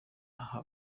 aha